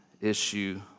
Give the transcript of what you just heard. issue